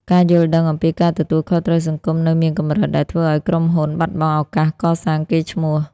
ការយល់ដឹងអំពី "ការទទួលខុសត្រូវសង្គម" នៅមានកម្រិត ដែលធ្វើឱ្យក្រុមហ៊ុនបាត់បង់ឱកាសកសាងកេរ្តិ៍ឈ្មោះ។